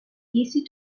easy